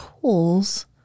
tools